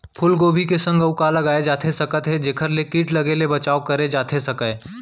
फूलगोभी के संग अऊ का लगाए जाथे सकत हे जेखर ले किट लगे ले बचाव करे जाथे सकय?